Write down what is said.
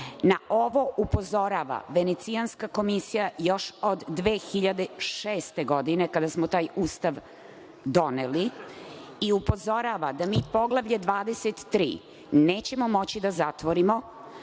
Na ovo upozorava Venecijanska komisija još od 2006. godine, kada smo taj Ustav doneli, i upozorava da mi Poglavlje 23 nećemo moći da zatvorimo